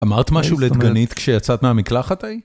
אמרת משהו לדגנית כשיצאת מהמקלחת ההיא?